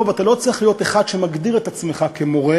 אתה לא צריך להיות אחד שמגדיר את עצמו כמורה,